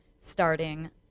starting